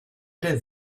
der